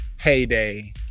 heyday